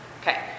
Okay